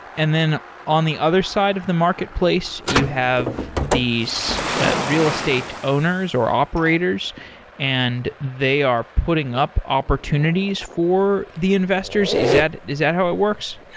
and then on the other side of the marketplace, you have these real estate owners or operators and they are putting up opportunities for the investors. is that is that how it works?